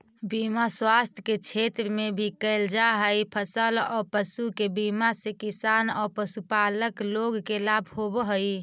बीमा स्वास्थ्य के क्षेत्र में भी कैल जा हई, फसल औ पशु के बीमा से किसान औ पशुपालक लोग के लाभ होवऽ हई